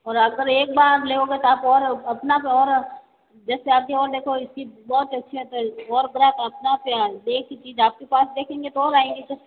और अगर एक बार लोगे तो और अपना और जैसे आप की और देखो इसकी बहुत अच्छी आता है और ग्राहक देख के चीज़ आप के पास देखेंगे तो आएंगे तो